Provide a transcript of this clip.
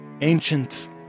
ancient